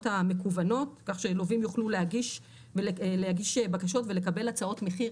המקוונות כל שלווים יוכלו להגיש בקשות ולקבל הצעות מחיר